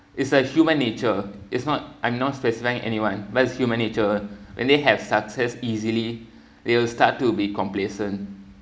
it's like human nature it's not I'm not specifying anyone but it's human nature and they have success easily they will start to be complacent